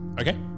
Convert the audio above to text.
Okay